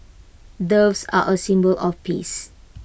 doves are A symbol of peace